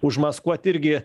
užmaskuot irgi